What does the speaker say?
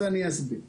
אני אסביר.